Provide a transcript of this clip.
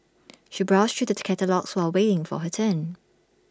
she browsed through the catalogues while waiting for her turn